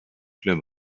club